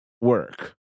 work